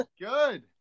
Good